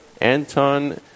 Anton